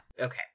Okay